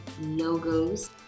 logos